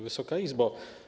Wysoka Izbo!